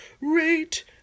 rate